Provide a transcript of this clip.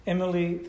Emily